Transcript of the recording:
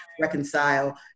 reconcile